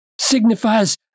signifies